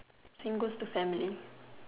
same goes to family